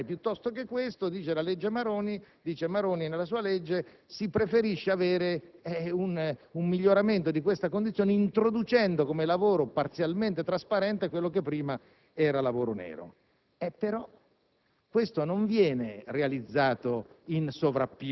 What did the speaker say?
connesso con questo stato di disoccupazione. Ebbene, piuttosto che questo, dice Maroni nella sua legge, si preferisce avere un miglioramento di questa condizione introducendo come lavoro parzialmente trasparente quello che prima era lavoro nero. E però